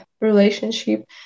relationship